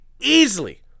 easily